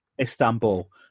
Istanbul